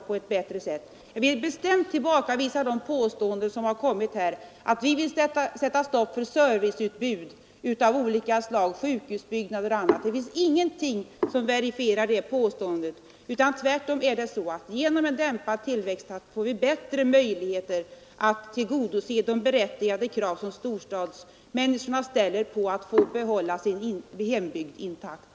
Jag vill bestämt tillbakavisa de påståenden som gjorts tidigare här att vi vill sätta stopp för serviceutbud av olika slag — sjukhusbyggnader och annat. Det finns ingenting som verifierar dessa påståenden, utan tvärtom är det så att genom en dämpad tillväxttakt får vi bättre möjligheter att tillgodose de berättigade krav som storstadsmänniskorna ställer på att få behålla sin hembygd intakt.